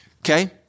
okay